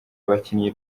abakinnyi